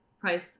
price